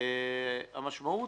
המשמעות,